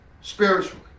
spiritually